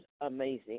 amazing